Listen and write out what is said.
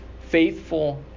faithful